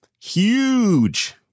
Huge